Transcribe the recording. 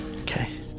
Okay